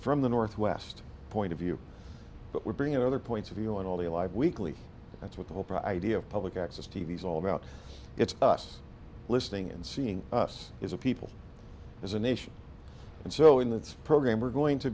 from the north west point of view but we're bringing other points of view on all the live weekly that's what the oprah idea of public access t v is all about it's us listening and seeing us is a people as a nation and so in the program we're going to